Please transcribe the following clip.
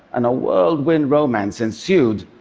and a whirlwind romance ensued.